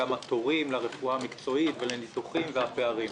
גם התורים לרפואה המקצועית והניתוחים והפערים.